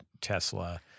Tesla